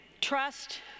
trust